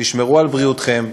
תשמרו על בריאותכם,